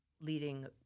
leading